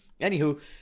Anywho